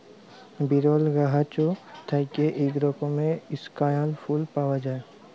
বিরল গাহাচ থ্যাইকে ইক রকমের ইস্কেয়াল ফুল পাউয়া যায়